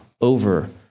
over